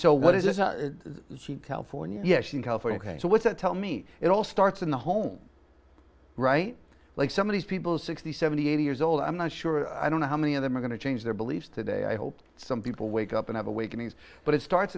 so what is this california yes in california so what's that tell me it all starts in the home right like some of these people sixty seventy eighty years old i'm not sure i don't know how many of them are going to change their beliefs today i hope some people wake up and have awakenings but it starts